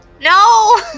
no